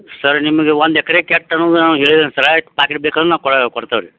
ಸರಿ ನಿಮಗೆ ಒಂದು ಎಕ್ರೆಗ್ ಎಷ್ಟ್ ಅನ್ನೂದು ನಾನು ಹೇಳಿದೇನೆ ಸರ ಆಯ್ತು ಪಾಕಿಟ್ ಬೇಕಂದ್ರೆ ನಾವು ಕೊಡ ಕೊಡ್ತೇವೆ ರೀ